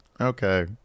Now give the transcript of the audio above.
Okay